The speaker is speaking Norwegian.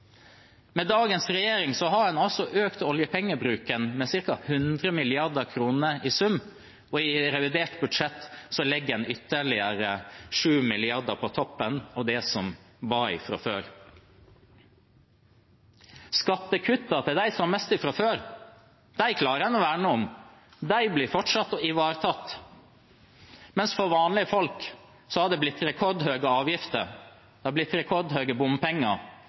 Med dagens regjering har en altså økt oljepengebruken med ca. 100 mrd. kr i sum, og i revidert budsjett legger en ytterligere 7 mrd. kr på toppen av det som var fra før. Skattekuttene til dem som har mest fra før, klarer en å verne om. De blir fortsatt ivaretatt. Men for vanlige folk er det blitt rekordhøye avgifter, det er blitt rekordhøye bompenger,